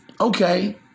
Okay